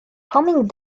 coming